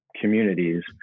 communities